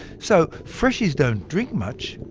so, freshies don't drink much,